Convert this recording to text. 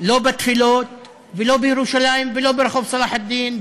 לא בתפילות ולא בירושלים ולא ברחוב צלאח א-דין,